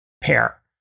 pair